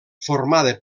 formada